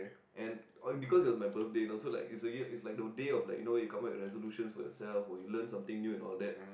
and all because it was my birthday know so like it's a year it's like the day of like you know you come up with resolutions for yourself or you learn something new all that